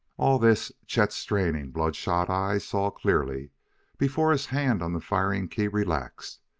all this chet's straining, blood-shot eyes saw clearly before his hand on the firing key relaxed,